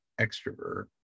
extrovert